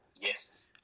Yes